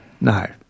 No